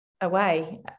away